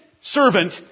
servant